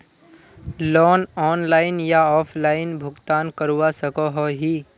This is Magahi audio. लोन ऑनलाइन या ऑफलाइन भुगतान करवा सकोहो ही?